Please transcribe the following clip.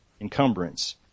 encumbrance